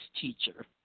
teacher